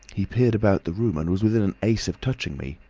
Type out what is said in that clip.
he peered about the room and was within an ace of touching me.